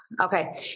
Okay